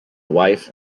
wife